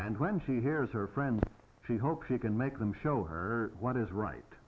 and when she hears her friends she hopes she can make them show her what is right